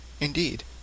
Indeed